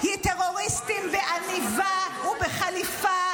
שמעבירה כספים לחמאס.